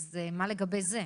אז מה לגבי זה?